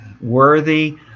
worthy